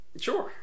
Sure